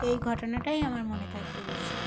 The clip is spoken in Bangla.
এই ঘটনাটাই আমার মনে থাকবে বেশি